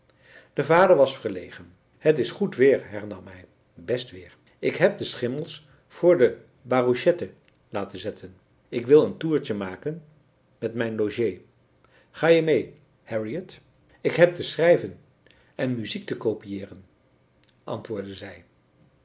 de vader was verlegen het is goed weer hernam hij best weer ik heb de schimmels voor de barouchette laten zetten ik wil een toertje maken met mijn logé ga je mee harriot ik heb te schrijven en muziek te copiëeren antwoordde zij